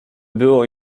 było